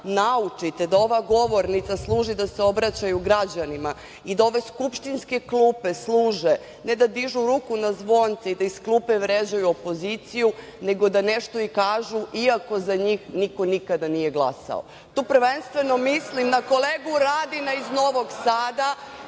naučite da ova govornica služi da se obraćaju građanima i da ove skupštinske klupe služe ne da dižu ruku na zvonce i da iz klupe vređaju opoziciju, nego da nešto i kažu, iako za njih nikada niko nije glasao. Tu prvenstveno mislim da kolegu Radina iz Novog Sada,